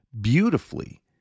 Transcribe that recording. beautifully